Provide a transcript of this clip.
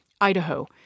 Idaho